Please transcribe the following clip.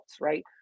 right